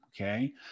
Okay